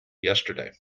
yesterday